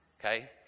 Okay